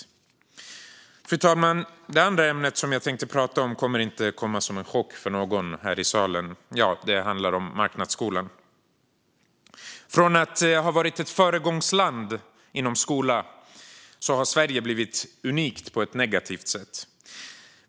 Fru talman! Det andra ämnet som jag tänkte prata om kommer inte att komma som en chock för någon här i salen. Ja, det handlar om marknadsskolan. Från att ha varit ett föregångsland när det gäller skolan har Sverige blivit unikt på ett negativt sätt.